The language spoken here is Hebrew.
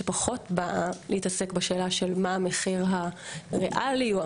ופחות להתעסק בשאלה מה המחיר הריאלי של